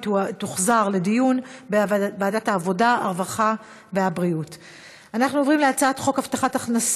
לוועדת העבודה, הרווחה והבריאות נתקבלה.